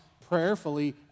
prayerfully